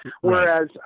Whereas